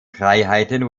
freiheiten